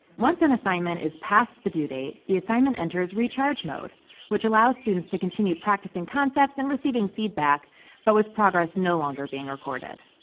once an assignment is past the due date, the assignment enters recharge mode which allows students to continue practicing concepts and receiving feedback but with progress no longer being recorded.